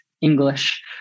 English